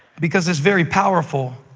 because it's very powerful